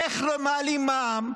איך מעלים מע"מ,